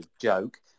joke